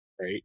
Right